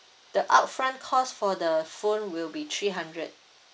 the upfront cost for the phone will be three hundred